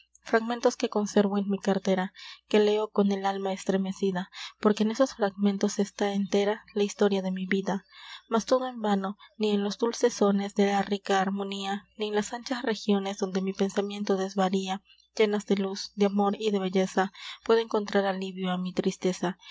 fragmentos que conservo en mi cartera que leo con el alma estremecida porque en esos fragmentos está entera la historia de mi vida mas todo en vano ni en los dulces sones de la rica armonía ni en las anchas regiones donde mi pensamiento desvaría llenas de luz de amor y de belleza puedo encontrar alivio á mi tristeza